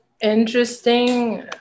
interesting